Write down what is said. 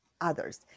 others